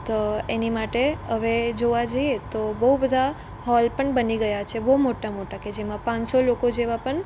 તો એની માટે હવે જોવા જઈએ તો બઉ બધા હૉલ પણ બની ગયા છે બઉ મોટા મોટા કે જેમાં પાંચસો લોકો જેવા પણ